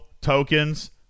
tokens